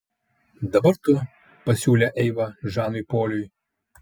dabar tu pasiūlė eiva žanui poliui